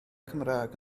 cymraeg